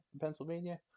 Pennsylvania